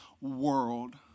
world